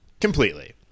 completely